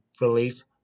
relief